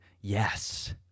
Yes